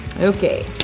Okay